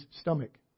stomach